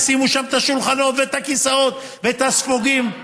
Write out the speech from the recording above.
ישימו שם את השולחנות ואת הכיסאות ואת הספוגים.